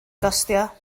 gostio